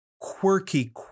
quirky